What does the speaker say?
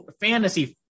fantasy